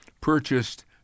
purchased